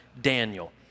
Daniel